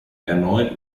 erneut